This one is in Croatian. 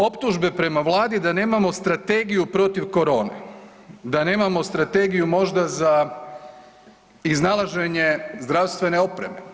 Optužbe prema vladi da nemamo strategiju protiv korone, da nemamo strategiju možda za iznalaženje zdravstvene opreme.